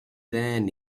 then